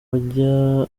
wajya